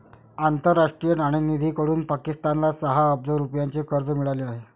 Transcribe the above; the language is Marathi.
आंतरराष्ट्रीय नाणेनिधीकडून पाकिस्तानला सहा अब्ज रुपयांचे कर्ज मिळाले आहे